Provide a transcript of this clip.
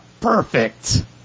perfect